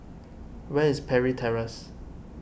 where is Parry Terrace